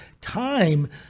time